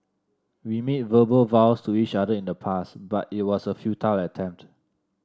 we made verbal vows to each other in the past but it was a futile attempt